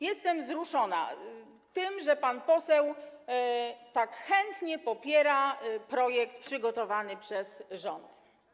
Jestem wzruszona tym, że pan poseł tak chętnie popiera projekt przygotowany przez rząd.